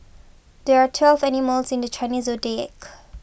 there are twelve animals in the Chinese zodiac